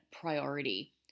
priority